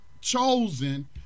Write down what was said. chosen